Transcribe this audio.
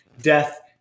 Death